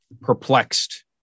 perplexed